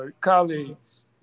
colleagues